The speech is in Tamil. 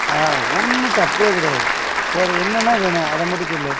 ஆ ஒன்றும் தப்பேக் கிடையாது வேறு என்னென்ன வேணும் அதை மட்டும் சொல்லு